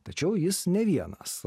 tačiau jis ne vienas